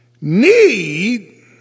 need